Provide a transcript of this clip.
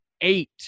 eight